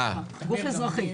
בבקשה אדוני.